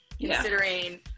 considering